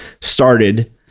started